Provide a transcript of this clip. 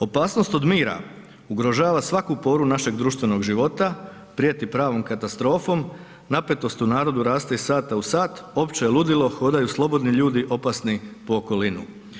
Opasnost od mira ugrožava svakog poru našeg društvenog života, prijeti pravom katastrofom, napetost u narodu raste iz sata u sat, opće je ludilo, hodaju slobodni ljudi opasni po okolinu.